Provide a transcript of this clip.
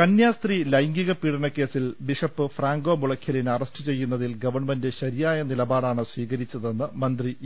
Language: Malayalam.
ൽ ൾ കന്യാസ്ത്രീ ലൈംഗിക പീഡനകേസിൽ ബിഷപ്പ് ഫ്രാങ്കോ മുളയ്ക്കലിനെ അറസ്റ്റ് ചെയ്യുന്നതിൽ ഗവൺമെന്റ് ശരിയായ നിലപാടാണ് സ്വീകരിച്ചതെന്ന് മന്ത്രി ഇ